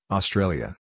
Australia